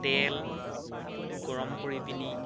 তেল গৰম কৰি পিনি